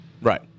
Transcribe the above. Right